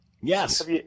Yes